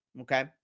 Okay